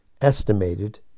estimated